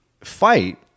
fight